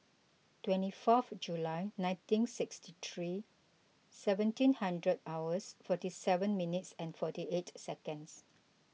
twenty fourth July nineteen sixty three seventeen hundred hours forty seven minutes and forty eight seconds